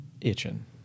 itching